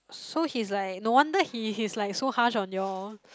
so he's like no wonder he he's like so harsh on you all